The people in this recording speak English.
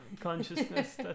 consciousness